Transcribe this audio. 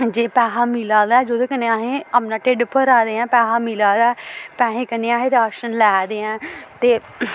जे पैहा मिला दा ऐ जेह्दे कन्नै असें अपना ढिड्ड भरां दे ऐ पैहा मिला दा ऐ पैहें कन्नै असें राशन लै दे ऐं ते